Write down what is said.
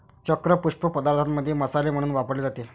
चक्र पुष्प पदार्थांमध्ये मसाले म्हणून वापरले जाते